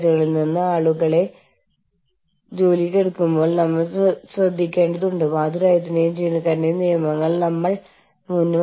അതായത് നമുക്ക് ആളുകളെ ആവശ്യമില്ല മറ്റൊന്ന് നമ്മൾ പറയുന്നതെന്തും മറ്റൊരു രാജ്യത്തെ ജനങ്ങളുടെ ആശങ്കകളേക്കാൾ പ്രധാനമാണെന്ന് നമ്മൾക്ക് തോന്നുന്നു